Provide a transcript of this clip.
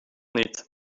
niet